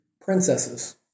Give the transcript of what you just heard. princesses